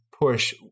push